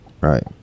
Right